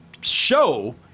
show